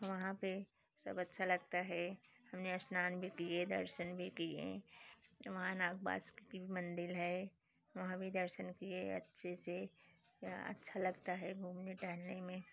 वहाँ पे सब अच्छा लगता है हमने स्नान भी किए दर्शन भी किए फिर वहाँ नागवासुकी की भी मंदिर है वहाँ भी दर्शन किए अच्छे से या अच्छा लगता है घूमने टहलने में